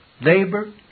Labor